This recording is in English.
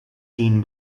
seen